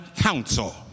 Council